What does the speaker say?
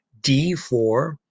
D4